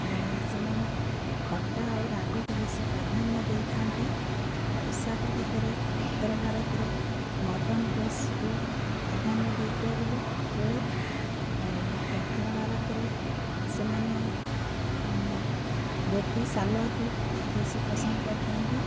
ଏ ସେମାନେ ଖଟା ଆଉ ରାଗକୁ ବେଶୀ ପ୍ରାଧାନ୍ୟ ଦେଇଥାନ୍ତି ପୋଷାକ ଭିତରେ ଉତ୍ତର ଭାରତରେ ମଡ଼ର୍ଣ୍ଣ ଡ୍ରେସ୍କୁ ପ୍ରାଧାନ୍ୟ ଦେଇଥିବା ବେଲେ ବେଳେ ଆଉ ଦକ୍ଷିଣ ଭାରତରେ ସେମାନେ ଧୋତି ସାାଲୁଆର୍କୁ ବେଶୀ ପସନ୍ଦ କରିଥାନ୍ତି